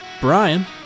Brian